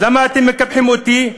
אז למה אתם מקפחים אותי,